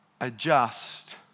adjust